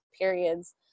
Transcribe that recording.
periods